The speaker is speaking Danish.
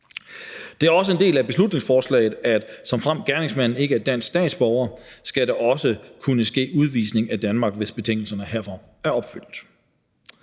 Det er også en del af beslutningsforslaget, at såfremt gerningsmanden ikke er dansk statsborger, skal der kunne ske udvisning af Danmark, hvis betingelserne herfor er opfyldt.